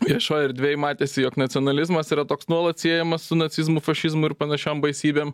viešoj erdvėj matėsi jog nacionalizmas yra toks nuolat siejamas su nacizmu fašizmu ir panašiom baisybėm